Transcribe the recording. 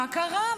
מה קרה?